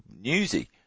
Newsy